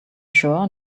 sure